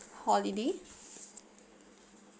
holiday